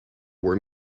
were